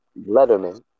Letterman